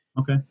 okay